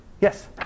Yes